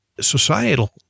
societal